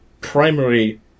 primary